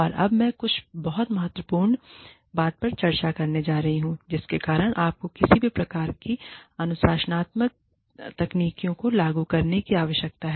और अब मैं कुछ बहुत ही महत्वपूर्ण बात पर चर्चा करने जा रही हूं जिसके कारण आपको किसी भी प्रकार की अनुशासनात्मक तकनीकों को लागू करने की आवश्यकता है